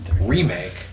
remake